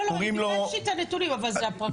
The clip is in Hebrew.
לא, לא, אני ביקשתי את הנתונים, אבל זה הפרקליטות.